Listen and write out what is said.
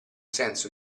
senso